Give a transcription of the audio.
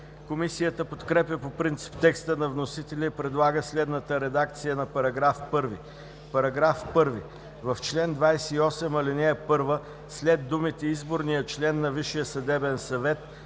Комисията подкрепя по принцип текста на вносителя и предлага следната редакция на § 1: „§ 1. В чл. 28, ал. 1 след думите „изборният член на Висшия съдебен съвет“